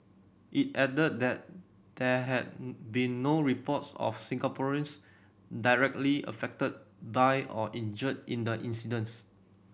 it added that there had been no reports of Singaporeans directly affected by or injured in the incidents